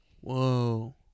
Whoa